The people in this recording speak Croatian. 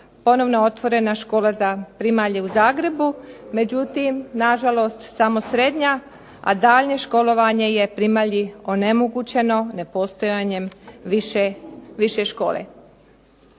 ponovno otvorena škola za primalje u Zagrebu, međutim na žalost samo srednja, a daljnje školovanje je primalji onemogućeno nepostojanjem više škole.